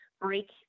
break